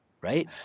right